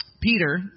Peter